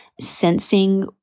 sensing